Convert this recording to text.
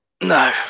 No